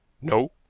no,